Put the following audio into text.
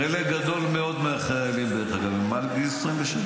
חלק גדול מאוד מהחיילים הם מעל גיל 26,